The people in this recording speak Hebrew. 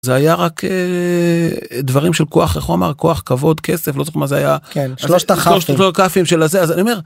זה היה רק אה... דברים של כוח - איך הוא אמר? כוח, כבוד, כסף, לא זוכר מה זה היה. שלושת ה"כפים" של הזה אז אני אומר.